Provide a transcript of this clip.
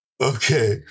Okay